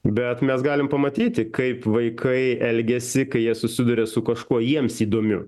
bet mes galim pamatyti kaip vaikai elgiasi kai jie susiduria su kažkuo jiems įdomiu